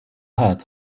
had